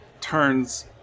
turns